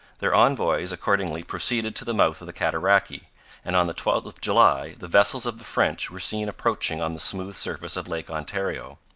their envoys accordingly proceeded to the mouth of the cataraqui and on the twelfth of july the vessels of the french were seen approaching on the smooth surface of lake ontario.